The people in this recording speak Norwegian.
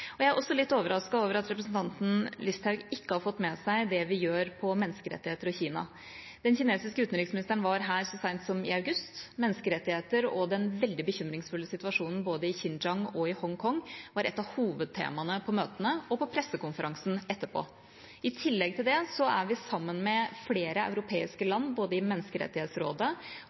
jeg er også litt overrasket over at representanten Listhaug ikke har fått med seg det vi gjør på menneskerettigheter og Kina. Den kinesiske utenriksministeren var her så sent som i august. Menneskerettigheter og den veldig bekymringsfulle situasjonen både i Xinjiang og i Hongkong var et av hovedtemaene på møtene og på pressekonferansen etterpå. I tillegg er vi sammen med flere europeiske land både i Menneskerettighetsrådet